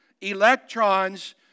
Electrons